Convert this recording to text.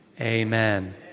Amen